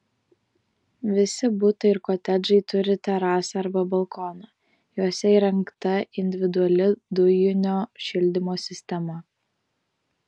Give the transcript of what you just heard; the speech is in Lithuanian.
visi butai ir kotedžai turi terasą arba balkoną juose įrengta individuali dujinio šildymo sistema